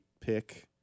pick